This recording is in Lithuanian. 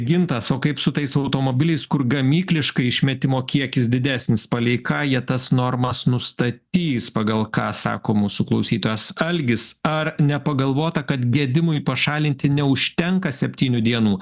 gintas o kaip su tais automobiliais kur gamykliškai išmetimo kiekis didesnis palei ką jie tas normas nustatys pagal ką sako mūsų klausytojas algis ar nepagalvota kad gedimui pašalinti neužtenka septynių dienų